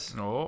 no